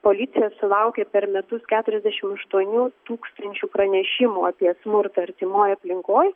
policija sulaukė per metus keturiasdešim aštuonių tūkstančių pranešimų apie smurtą artimoj aplinkoj